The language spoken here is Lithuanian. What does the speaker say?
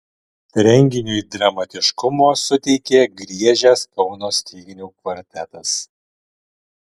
renginiui dramatiškumo suteikė griežęs kauno styginių kvartetas